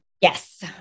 Yes